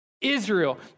Israel